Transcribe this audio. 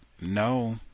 no